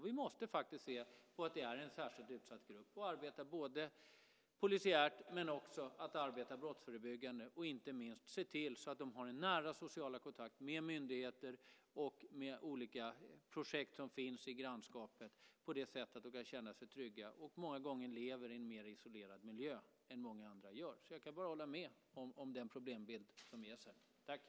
Vi måste inse att det är en särskilt utsatt grupp och arbeta både polisiärt och brottsförebyggande, och inte minst se till att de har en nära social kontakt med myndigheter och med olika projekt som finns i grannskapet på ett sådant sätt att de kan känna sig trygga när de ofta lever i en mer isolerad miljö än många andra gör. Jag kan bara hålla med om den problembild som ges här.